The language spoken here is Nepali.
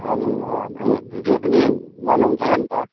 हजुर अँ भिडियो पनि गर्नुहुन्छ होला नि त